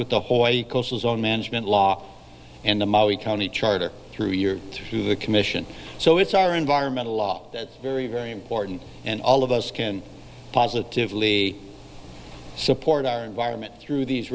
with the whole you coastal zone management law and the maui county charter through your through the commission so it's our environmental law that's very very important and all of us can positively support our environment through these